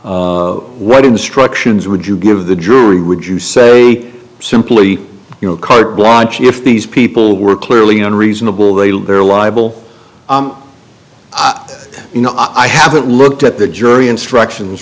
what instructions would you give the jury would you say simply you know carte blanche if these people were clearly unreasonable they are liable i know i haven't looked at the jury instructions